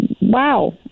wow